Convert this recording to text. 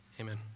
Amen